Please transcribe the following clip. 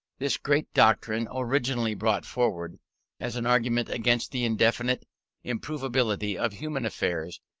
this great doctrine, originally brought forward as an argument against the indefinite improvability of human affairs,